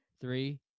three